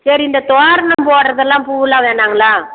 சரி இந்த தோரணம் போடுறதெல்லாம் பூவெலாம் வேணாங்களா